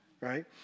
right